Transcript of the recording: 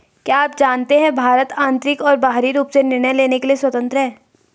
क्या आप जानते है भारत आन्तरिक और बाहरी रूप से निर्णय लेने के लिए स्वतन्त्र है?